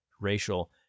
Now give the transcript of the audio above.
racial